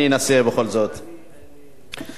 אדוני היושב-ראש, רבותי חברי הכנסת,